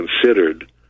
considered